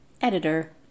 editor